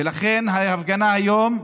ולכן ההפגנה היום,